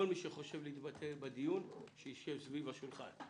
כל מי שחושב להתבטא בדיון, שיישב סביב השולחן.